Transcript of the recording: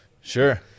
Sure